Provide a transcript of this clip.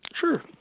Sure